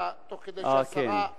תוך כדי שהשרה עונה,